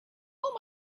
pull